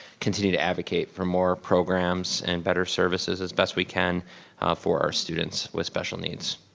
continue to advocate for more programs, and better services as best we can for our students with special needs.